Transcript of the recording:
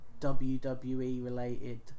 WWE-related